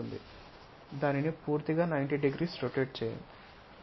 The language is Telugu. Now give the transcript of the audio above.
దానిని పూర్తిగా 90 డిగ్రీస్ రొటేట్ చేయండి